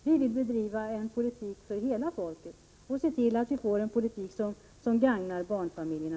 Vi vill föra en politik för hela folket och se till att vi får en politik som bäst gagnar barnfamiljerna.